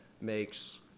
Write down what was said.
makes